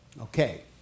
okay